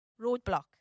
Roadblock